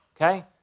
Okay